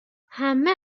همه